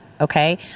okay